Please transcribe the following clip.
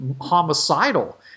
homicidal